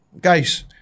Guys